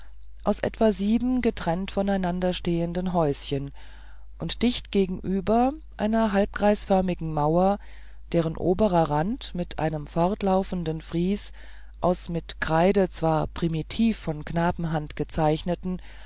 aus etwa sieben getrennt voneinander stehenden häuschen und dicht gegenüber einer halbkreisförmigen mauer deren oberer rand mit einem fortlaufenden fries aus mit kreide zwar primitiv von knabenhand gezeichneten